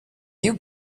you